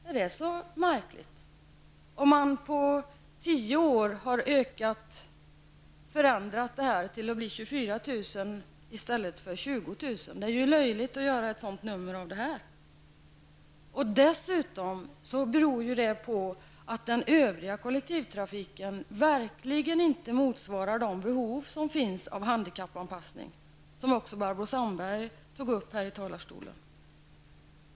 Är det så märkligt att antalet resor under en tioårsperiod har ökat till 24 000 i stället för 20 000? Det är ju löjligt att göra ett så stort nummer av detta. Dessutom beror detta på att den övriga kollektivtrafiken verkligen inte motsvarar de behov som finns av handikappanpassning, vilket även Barbro Sandberg tog upp i talarstolen.